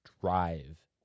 drive